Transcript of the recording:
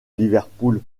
liverpool